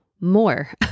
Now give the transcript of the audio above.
more